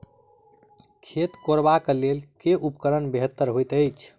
खेत कोरबाक लेल केँ उपकरण बेहतर होइत अछि?